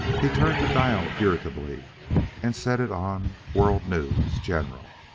he turned the dial irritably and set it on world news general.